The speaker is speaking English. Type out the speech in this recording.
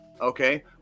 okay